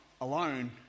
alone